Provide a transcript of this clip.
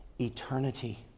eternity